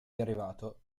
derivato